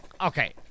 okay